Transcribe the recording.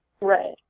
Right